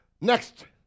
Next